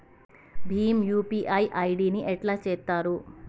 Bhim UPI ID ని ఎట్లా చేత్తరు?